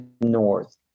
North